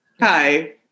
Hi